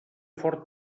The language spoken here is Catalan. fort